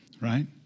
Right